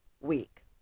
week